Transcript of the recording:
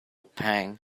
pang